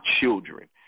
children